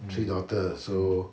three daughters so